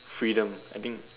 freedom I think